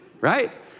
right